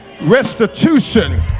restitution